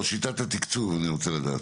על שיטת התקצוב אני רוצה לדעת.